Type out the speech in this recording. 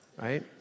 right